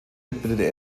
widmete